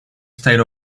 state